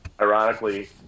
ironically